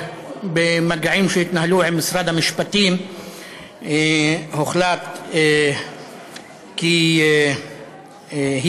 במגעים שהתנהלו עם משרד המשפטים הוחלט כי היא